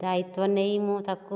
ଦାୟିତ୍ଵ ନେଇ ମୁଁ ତାକୁ